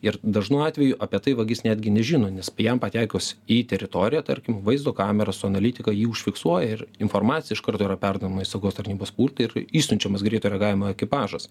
ir dažnu atveju apie tai vagis netgi nežino nes jam patekus į teritoriją tarkim vaizdo kamera su analitika jį užfiksuoja ir informacija iš karto yra perduodama į saugos tarnybos pultą ir išsiunčiamas greito reagavimo ekipažas